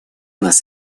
нас